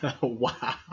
Wow